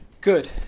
Good